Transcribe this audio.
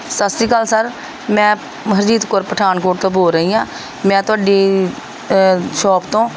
ਸਤਿ ਸ਼੍ਰੀ ਅਕਾਲ ਸਰ ਮੈਂ ਹਰਜੀਤ ਕੌਰ ਪਠਾਨਕੋਟ ਤੋਂ ਬੋਲ ਰਹੀ ਹਾਂ ਮੈਂ ਤੁਹਾਡੀ ਸ਼ੋਪ ਤੋਂ